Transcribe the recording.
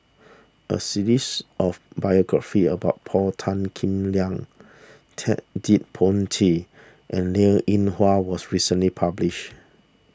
a series of biographies about Paul Tan Kim Liang Ted De Ponti and Linn in Hua was recently published